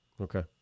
Okay